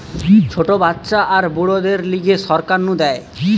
ছোট বাচ্চা আর বুড়োদের লিগে সরকার নু দেয়